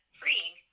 freeing